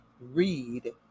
read